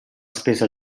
spesa